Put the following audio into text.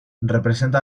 representa